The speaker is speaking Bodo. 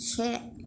से